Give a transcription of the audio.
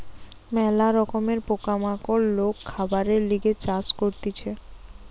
ম্যালা রকমের পোকা মাকড় লোক খাবারের লিগে চাষ করতিছে